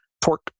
pork